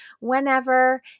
whenever